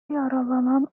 yaralanan